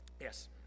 yes